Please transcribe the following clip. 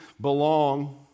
belong